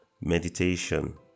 Meditation